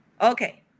Okay